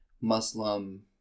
Muslim